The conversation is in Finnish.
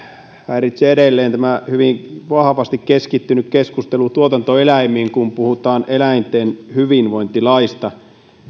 häiritsee edelleen tämä hyvin vahvasti tuotantoeläimiin keskittynyt keskustelu kun puhutaan eläinten hyvinvointilaista